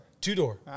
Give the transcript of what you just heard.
Two-door